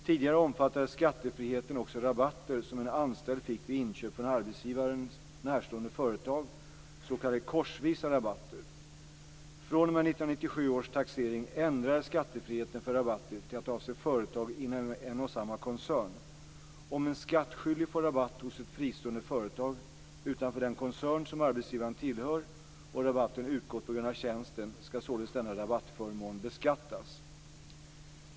Tidigare omfattade skattefriheten också rabatter som en anställd fick vid inköp från arbetsgivaren närstående företag, s.k. korsvisa rabatter. Från och med 1997 års taxering ändrades skattefriheten för rabatter till att avse företag inom en och samma koncern. Om en skattskyldig får rabatt hos ett fristående företag utanför den koncern som arbetsgivaren tillhör och rabatten utgått på grund av tjänsten skall således denna rabattförmån beskattas.